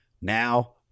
Now